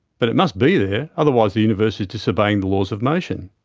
but it must be there, otherwise the universe is disobeying the laws of motion.